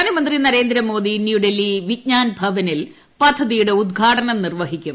പ്രധാനമന്ത്രി നരേന്ദ്രമോദി ന്യൂഡൽഹി വിജ്ഞാൻഭവനിൽ പദ്ധതിയുടെ ഉദ്ഘാടനം നിർവ്വഹിക്കും